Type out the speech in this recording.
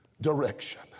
direction